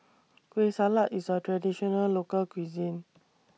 Kueh Salat IS A Traditional Local Cuisine